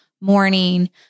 morning